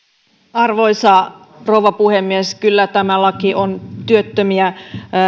arvoisa rouva puhemies kyllä tämä laki on työttömiä